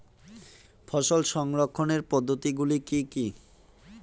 ফসল সংরক্ষণের পদ্ধতিগুলি কি কি?